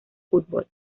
fútbol